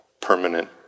permanent